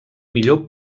millor